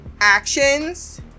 actions